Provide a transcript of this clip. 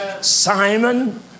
Simon